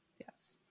yes